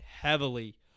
heavily